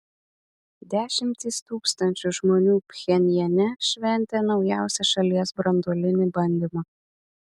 dešimtys tūkstančių žmonių pchenjane šventė naujausią šalies branduolinį bandymą